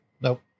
Nope